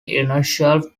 international